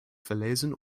verlesen